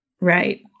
Right